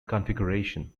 configuration